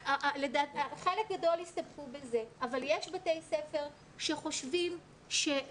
חלק גדול יסתפקו בזה אבל יש בתי ספר שחושבים או